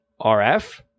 RF